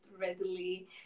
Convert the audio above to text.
readily